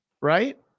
Right